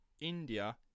India